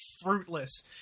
fruitless